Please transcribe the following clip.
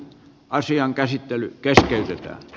asian käsittely keskeytetään